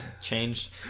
changed